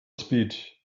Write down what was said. speed